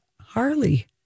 Harley